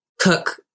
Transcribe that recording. cook